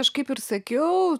aš kaip ir sakiau